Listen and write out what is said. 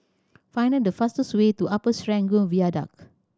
find the fastest way to Upper Serangoon Viaduct